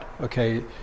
okay